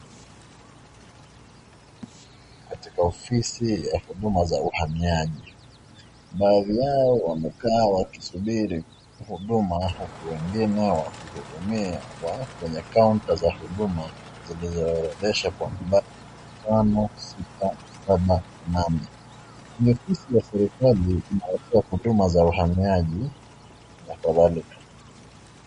Katika ofisi ya huduma za uhamiaji. Baadhi yao wamekaa wakisuburi huduma huku wengine wakihudumia kwenye counter za huduma zilizohorodheshwa kwa nambari tano, sita, saba, nane. Ni ofisi ya serikali inayotoa huduma za uhamiaji na kadhalika.